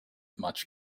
much